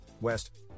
West